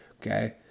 Okay